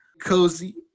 Cozy